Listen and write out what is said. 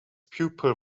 pupil